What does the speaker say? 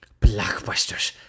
Blockbusters